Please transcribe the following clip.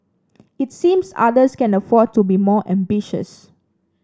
it seems others can afford to be more ambitious